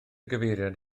gyfeiriad